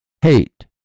hate